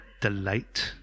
delight